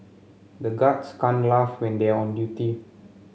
the guards can't laugh when they are on duty